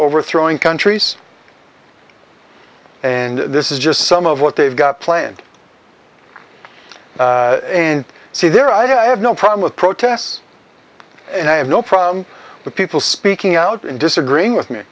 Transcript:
overthrowing countries and this is just some of what they've got planned and see there i have no problem with protests and i have no problem with people speaking out and disagreeing with me